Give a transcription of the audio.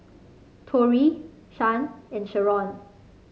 Torie Shan and Sheron